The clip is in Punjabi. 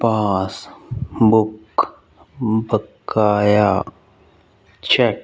ਪਾਸਬੁੱਕ ਬਕਾਇਆ ਚੈੱਕ